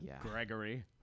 Gregory